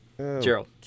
Gerald